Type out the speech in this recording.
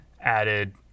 added